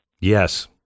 Yes